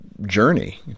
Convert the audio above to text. journey